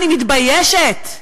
אני מתביישת,